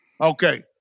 Okay